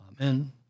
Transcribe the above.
Amen